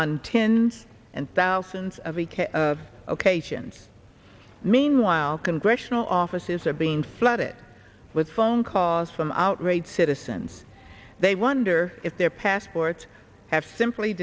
on tin and thousands of ek ok sions meanwhile congressional offices are being flooded with phone calls from outraged citizens they wonder if their passports have simply